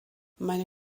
meine